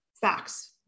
facts